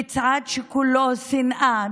מצעד שכולו שנאה,